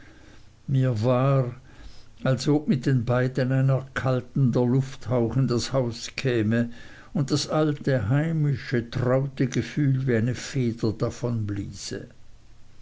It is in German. mir war als ob mit den beiden ein erkältender lufthauch in das haus käme und das alte heimische traute gefühl wie eine feder